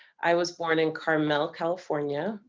i was born in carmel, california.